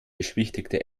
beschwichtigte